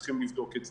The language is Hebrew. צריכים לבדוק את זה.